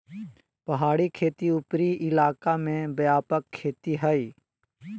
पहाड़ी खेती उपरी इलाका में व्यापक खेती हइ